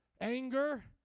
anger